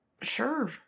Sure